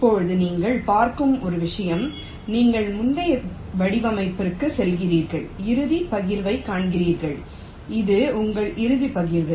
இப்போது நீங்கள் பார்க்கும் ஒரு விஷயம் நீங்கள் முந்தைய வடிவமைப்பிற்குச் செல்கிறீர்கள் இறுதிப் பகிர்வைக் காண்கிறீர்கள் இது உங்கள் இறுதி பகிர்வு